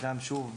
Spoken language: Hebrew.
שוב,